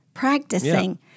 practicing